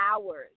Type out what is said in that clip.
hours